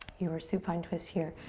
your supine twist here.